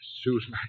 Susan